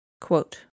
Quote